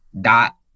dot